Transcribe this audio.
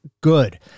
good